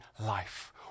life